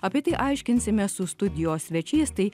apie tai aiškinsimės su studijos svečiais tai